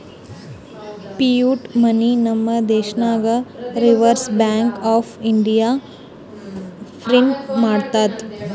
fiat money ನಮ್ ದೇಶನಾಗ್ Reserve Bank of ಇಂಡಿಯಾನೆ ಪ್ರಿಂಟ್ ಮಾಡ್ತುದ್